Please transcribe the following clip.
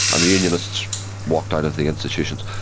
and the unionists walked out of the institutions.